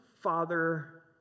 father